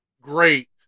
great